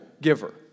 giver